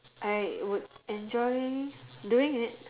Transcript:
I would enjoy doing it